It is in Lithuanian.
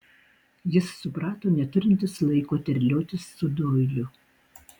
jis suprato neturintis laiko terliotis su doiliu